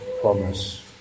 promise